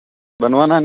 बनवाना है